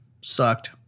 sucked